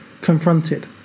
confronted